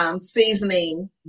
seasoning